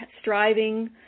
Striving